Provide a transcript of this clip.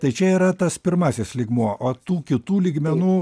tai čia yra tas pirmąsis lygmuo o tų kitų lygmenų